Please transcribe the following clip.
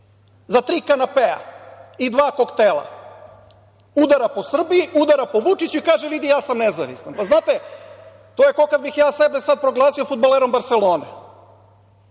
za tri kanapea i dva koktela. Udara po Srbiji, udara po Vučiću i kaže - vidi ja sam nezavistan. Znate, to je kao kada bih ja sebe sad proglasio fudbalerom Barselone.